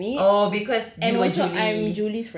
oh because you were julie